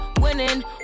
winning